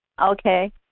Okay